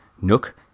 Nook